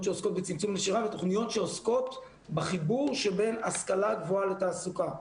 שעוסקות בצמצום נשירה ותוכניות שעוסקות בחיבור שבין השכלה גבוהה לתעסוקה.